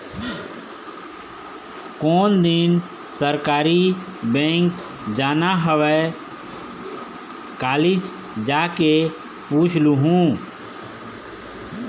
कोन दिन सहकारी बेंक जाना हवय, कालीच जाके पूछ लूहूँ